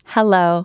Hello